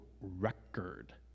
record